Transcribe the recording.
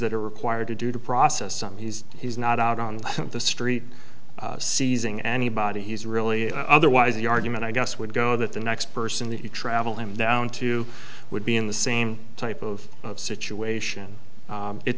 that are required to do to process some he's he's not out on the street seizing anybody he's really otherwise the argument i guess would go that the next person that you travel him down to would be in the same type of situation